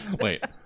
Wait